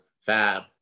fab